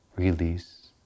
release